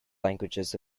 languages